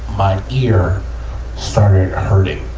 my ear started hurting.